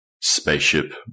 spaceship